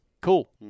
cool